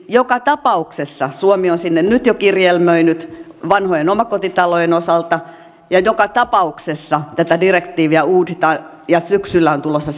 joka tapauksessa suomi on sinne nyt jo kirjelmöinyt vanhojen omakotitalojen osalta ja joka tapauksessa tätä direktiiviä uusitaan ja syksyllä on tulossa